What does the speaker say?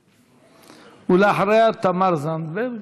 ואחריה, תמר זנדברג,